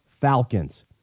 Falcons